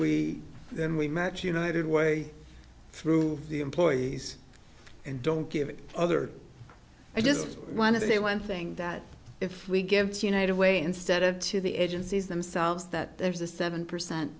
we then we match united way through the employees and don't give it other i just want to say one thing that if we give to united way instead of to the agencies themselves that there's a seven percent